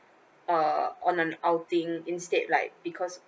uh on an outing instead like because